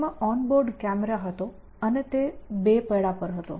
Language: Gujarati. તેમાં ઓન બોર્ડ કેમેરો હતો અને તે 2 પૈડા પર હતો